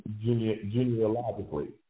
genealogically